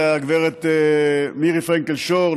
לגברת מירי פרנקל-שור,